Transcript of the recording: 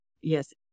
yes